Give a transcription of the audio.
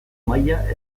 maila